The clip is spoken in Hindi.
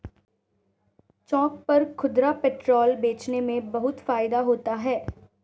चौक पर खुदरा पेट्रोल बेचने में बहुत फायदा होता है